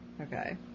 Okay